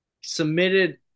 submitted